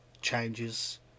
changes